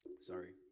Sorry